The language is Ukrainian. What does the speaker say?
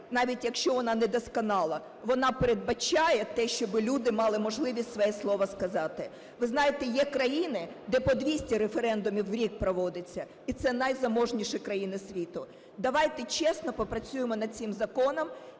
навіть якщо вона недосконала, вона передбачає те, щоб люди мали можливість своє слово сказати. Ви знаєте, є країни, де по 200 референдумів у рік проводяться, і це найзаможніші країни світу. Давайте чесно попрацюємо над цим законом